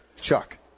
Chuck